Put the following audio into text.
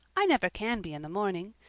i never can be in the morning.